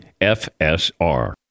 FSR